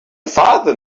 father